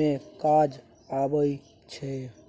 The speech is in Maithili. मे काज आबइ छै